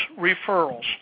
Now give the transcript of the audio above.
Referrals